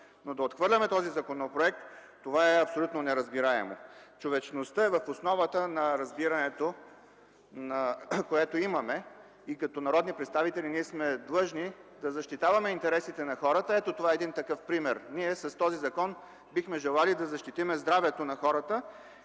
Но да отхвърляме този законопроект – това е абсолютно неразбираемо! Човечността е в основата на разбирането, което имаме. Като народни представители ние сме длъжни да защитаваме интересите на хората. Това е такъв пример. С този закон ние бихме желали да защитим здравето на хората.